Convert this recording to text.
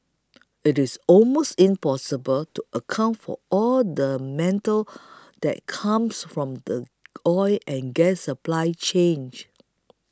it's almost impossible to account for all the mental that comes from the oil and gas supply change